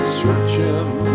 searching